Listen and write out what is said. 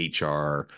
HR